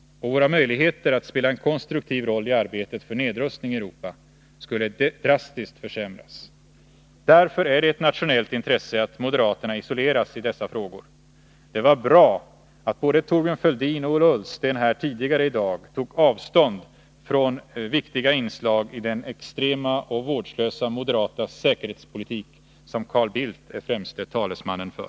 Våra möjligheter att spela en konstruktiv roll i arbetet för nedrustning i Europa skulle drastiskt försämras. Därför är det ett nationellt intresse att moderaterna isoleras i dessa frågor. Det var bra att både Thorbjörn Fälldin och Ola Ullsten här tidigare i dag tog avstånd från viktiga inslag i den extrema och vårdslösa moderata säkerhetspolitik som Carl Bildt är främste talesmannen för.